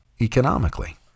economically